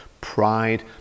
pride